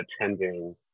attending